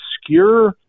obscure